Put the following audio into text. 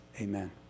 Amen